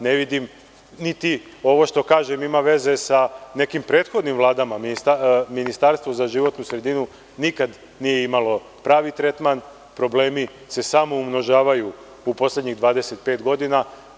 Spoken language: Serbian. Ne vidim, niti ovo što kažem ima veze sa nekim prethodnim vladama, Ministarstvo za životnu sredinu nikada nije imalo pravi tretman, problemi se samo umnožavaju u poslednjih 25 godina.